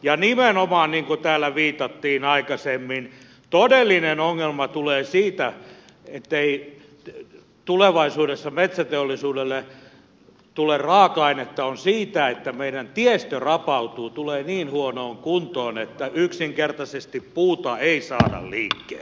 ja nimenomaan niin kuin täällä viitattiin aikaisemmin todellinen ongelma sen suhteen ettei tulevaisuudessa metsäteollisuudelle tule raaka ainetta tulee siitä että meidän tiestömme rapautuu ja tulee niin huonoon kuntoon että yksinkertaisesti puuta ei saada liikkeelle